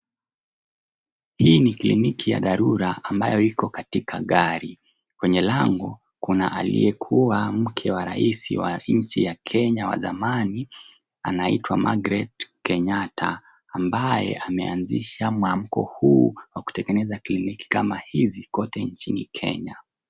Hii ni kliniki ya dharura ambayo iko katika gari. Kwenye lango kuna aliyekuwa mke wa rais wa nchi ya Kenya wa zamani anaitwa Magret kenyatta, ambaye ameanzisha mwago huu wa kutengeneza kliniki kama hizi kote nchini Kenya.